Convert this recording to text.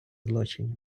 злочинів